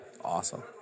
Awesome